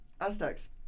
Aztecs